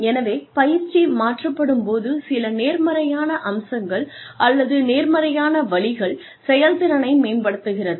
எனவே பயிற்சி மாற்றப்படும் போது சில நேர்மறையான அம்சங்கள் அல்லது நேர்மறையான வழிகள் செயல்திறனை மேம்படுத்துகிறது